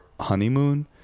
honeymoon